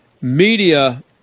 media